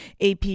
AP